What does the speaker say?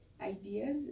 Ideas